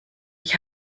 ich